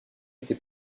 était